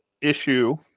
issue